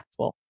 impactful